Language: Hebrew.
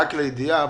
רק לידיעה,